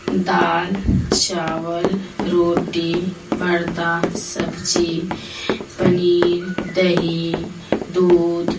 دال چاول روٹی برتا سبجی پنیر دہی دودھ